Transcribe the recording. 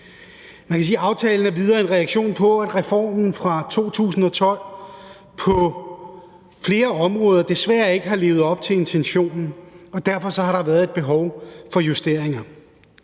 aftalen endvidere er en reaktion på, at reformen fra 2012 på flere områder desværre ikke har levet op til intentionen, og derfor har der været et behov for justeringer.